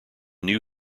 new